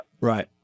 Right